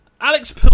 Alex